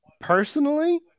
Personally